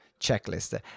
checklist